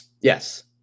yes